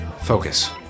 focus